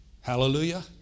Hallelujah